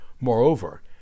Moreover